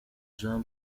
jean